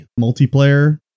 multiplayer